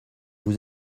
vous